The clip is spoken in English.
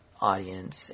audience